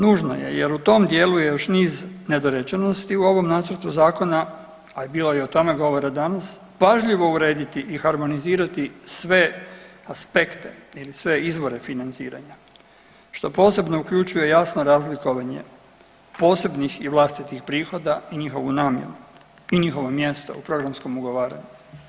Nužno je jer u tom dijelu je još niz nedorečenosti u ovom nacrtu zakona, a i bilo je i o tome govora danas, pažljivo urediti i harmonizirati sve aspekte ili sve izore financiranja što posebno uključuje jasno razlikovanje posebnih i vlastitih prihoda i njihovu namjenu i njihovo mjesto u programskom ugovaranju.